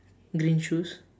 green shoes